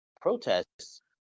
protests